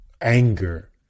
anger